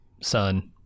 son